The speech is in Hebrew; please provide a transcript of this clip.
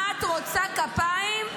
מה את רוצה, כפיים?